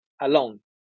alone